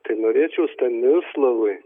tai norėčiau stanislovui